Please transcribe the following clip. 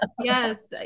yes